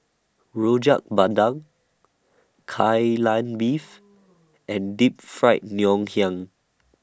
Rojak Bandung Kai Lan Beef and Deep Fried Ngoh Niang